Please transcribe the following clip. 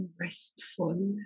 restful